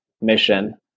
mission